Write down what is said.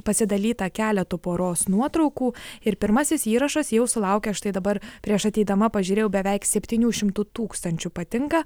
pasidalyta keletu poros nuotraukų ir pirmasis įrašas jau sulaukė štai dabar prieš ateidama pažiūrėjau beveik septynių šimtų tūkstančių patinka